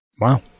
Wow